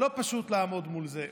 לא פשוט לעמוד מול זה.